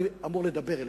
אני אמור לדבר אליהם,